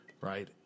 right